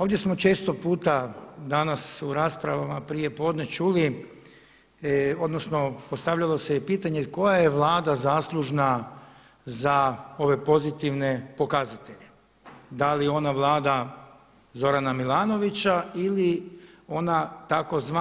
Ovdje smo često puta danas u raspravama prijepodne čuli odnosno postavljalo se je pitanje koja je vlada zaslužna za ove pozitivne pokazatelje, da li ona vlada Zorana Milanovića ili ona tzv.